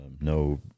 No